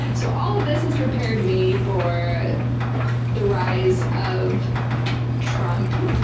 so all of this has prepared me for the rise of trump,